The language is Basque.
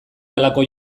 halako